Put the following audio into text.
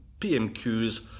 PMQs